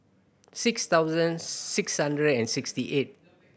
six thousand six hundred and sixty eight